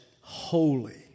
holy